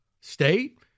State